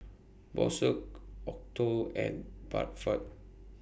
Bosch Acuto and Bradford